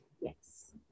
Yes